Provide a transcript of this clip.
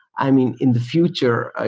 i mean, in future, ah